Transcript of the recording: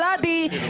ולדי,